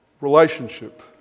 relationship